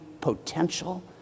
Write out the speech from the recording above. potential